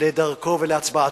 לדרכו ולהצבעתו,